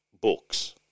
books